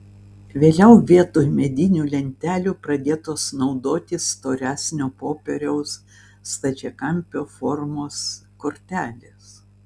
vėliau vietoj medinių lentelių pradėtos naudoti storesnio popieriaus stačiakampio formos kortelės